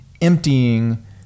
emptying